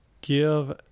give